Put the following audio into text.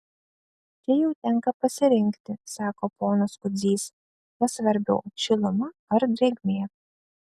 čia jau tenka pasirinkti sako ponas kudzys kas svarbiau šiluma ar drėgmė